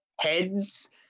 heads